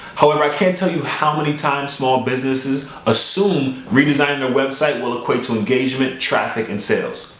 however, i can't tell you how many times small businesses assume redesigning their website will equate to engagement, traffic, and sales.